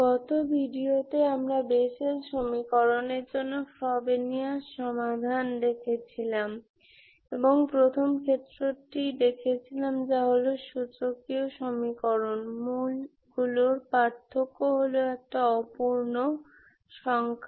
গত ভিডিওতে আমরা বেসেল সমীকরণের জন্য ফ্রবেনিয়াস সমাধান দেখছিলাম এবং প্রথম ক্ষেত্রটি দেখেছিলাম যা হল সূচকীয় সমীকরণ রুট গুলির পার্থক্য হল একটি অ পূর্ণসংখ্যা